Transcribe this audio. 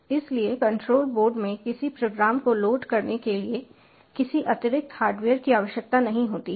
इसलिए controller board में किसी प्रोग्राम को लोड करने के लिए किसी अतिरिक्त हार्डवेयर की आवश्यकता नहीं होती है